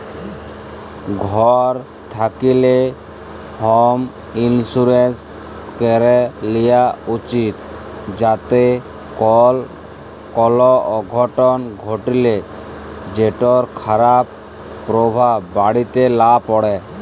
ঘর থ্যাকলে হম ইলসুরেলস ক্যরে লিয়া উচিত যাতে কল অঘটল ঘটলে সেটর খারাপ পরভাব বাড়িতে লা প্যড়ে